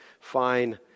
fine